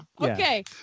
Okay